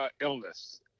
illness